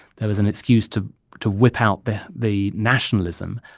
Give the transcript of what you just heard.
there was an excuse to to whip out the the nationalism.